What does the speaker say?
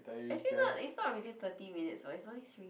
actually not it's not really thirty minutes [what] it's only three